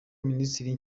minisiteri